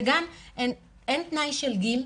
וגם אין תנאי של גיל,